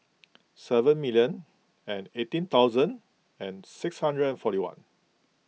seven million and eighteen thousand and six hundred and forty one